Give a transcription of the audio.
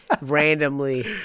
randomly